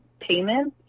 payments